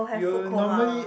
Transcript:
you'll normally